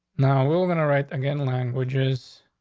now we're we're gonna write again languages.